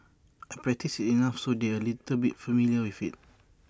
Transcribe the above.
I practice enough so they're A little bit familiar with IT